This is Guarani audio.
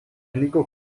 niko